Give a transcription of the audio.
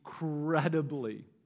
incredibly